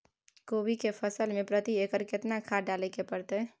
कोबी के फसल मे प्रति एकर केतना खाद डालय के परतय?